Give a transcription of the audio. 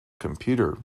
computer